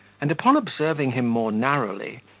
and, upon observing him more narrowly,